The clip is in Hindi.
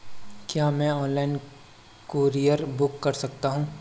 क्या मैं ऑनलाइन कूरियर बुक कर सकता हूँ?